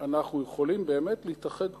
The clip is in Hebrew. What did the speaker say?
אנחנו יכולים באמת להתאחד כולנו,